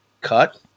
cut